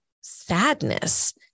sadness